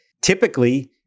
Typically